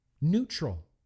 neutral